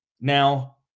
Now